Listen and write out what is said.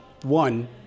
one